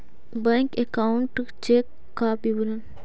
Bank account check का विवरण?